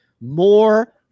More